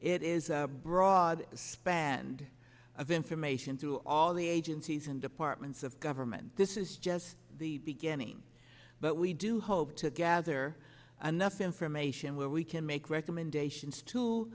it is broad spanned of information through all the agencies and departments of government this is just the beginning but we do hope to gather anough information where we can make recommendations to